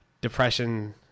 depression